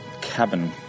Cabin